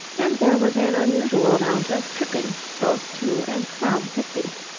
and there was an unusual amount of tripping both to and from whitby.